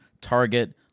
Target